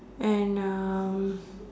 and uh